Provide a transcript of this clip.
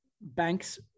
banks